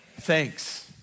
Thanks